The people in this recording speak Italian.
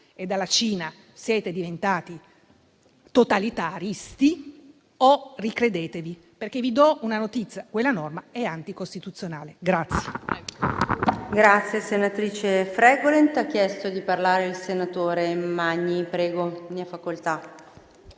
e in Cina siete diventati totalitaristi, oppure ricredetevi, perché vi do una notizia: quella norma è anticostituzionale.